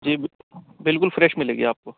جی بالکل فریش ملے گی آپ کو